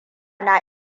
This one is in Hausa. na